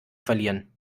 verlieren